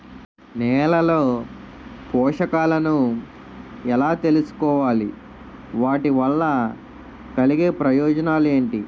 నేలలో పోషకాలను ఎలా తెలుసుకోవాలి? వాటి వల్ల కలిగే ప్రయోజనాలు ఏంటి?